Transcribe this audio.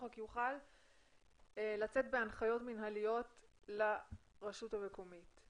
יוכל לצאת בהנחיות מינהליות ברשות המקומית.